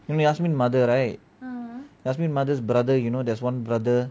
yashmine mother right yashmine mother brother you know there is one brother